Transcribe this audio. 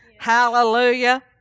Hallelujah